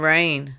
Rain